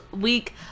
week